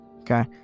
Okay